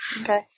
Okay